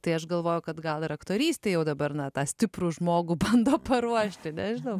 tai aš galvoju kad gal ir aktorystė jau dabar na tą stiprų žmogų bando paruošti nežinau